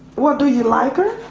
well do you like her?